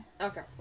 Okay